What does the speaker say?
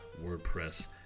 WordPress